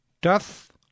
Doth